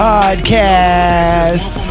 Podcast